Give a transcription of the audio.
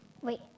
Wait